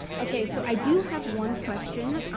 okay, so i do have one question,